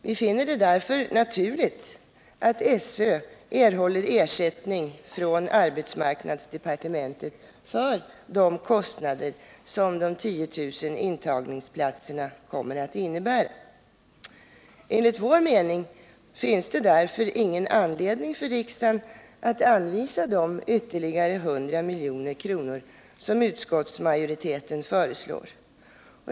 Vi finner det därför naturligt att SÖ erhåller ersättning från arbetsmarknadsdepartementet för de kostnader som de 10000 intagningsplatserna kommer att innebära. Enligt vår mening finns det därför ingen anledning för riksdagen att anvisa de ytterligare 100 milj.kr. som utskottsmajoriteten föreslår.